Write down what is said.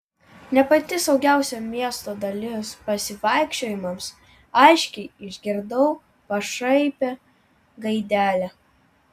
ne pati saugiausia miesto dalis pasivaikščiojimams aiškiai išgirdau pašaipią gaidelę